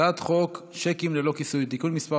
הצעת חוק שיקים ללא כיסוי (תיקון מס'